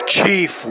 Chief